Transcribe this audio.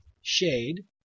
shade